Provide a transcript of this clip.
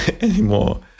anymore